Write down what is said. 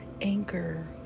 Anchor